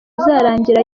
uzarangira